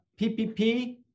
PPP